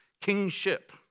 kingship